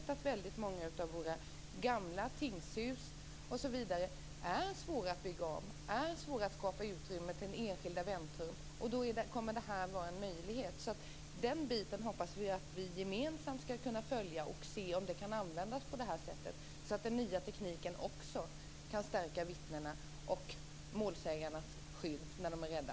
Vi vet att många av våra gamla tingshus är svåra att bygga om. Det är svårt att skapa utrymmen till enskilda väntrum. Då kommer detta att vara en möjlighet. Den delen hoppas vi att vi gemensamt skall kunna följa för att se om tekniken kan användas på det här sättet så att den nya tekniken kan stärka vittnens och målsägandes skydd när de är rädda.